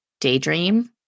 daydream